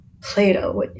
Plato